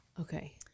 Okay